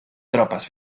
tropas